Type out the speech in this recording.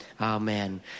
amen